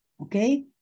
Okay